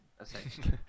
essentially